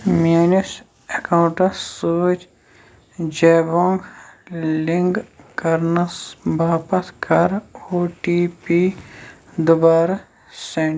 میٲنِس اکاونٹَس سۭتۍ جَبونٛگ لِنگ کرنس باپتھ کَر او ٹی پی دُبارٕ سیٚنڈ